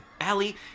Allie